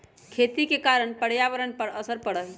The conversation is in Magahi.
खेती के कारण पर्यावरण पर असर पड़ा हई